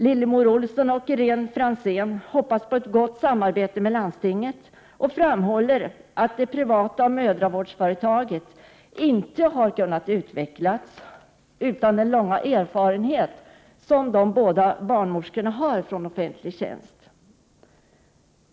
Lillemor Olsson och Irene Fransén hoppas på ett gott samarbete med landstinget och framhåller att det privata mödravårdsföretaget inte hade kunnat förverkligas utan den långa erfarenhet som de båda barnmorskorna har från offentlig tjänst.